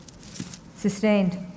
Sustained